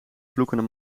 vloekende